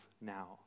now